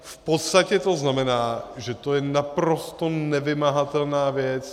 V podstatě to znamená, že to je naprosto nevymahatelná věc.